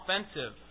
offensive